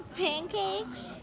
pancakes